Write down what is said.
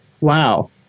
wow